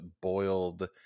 boiled